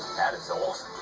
that is so awesome!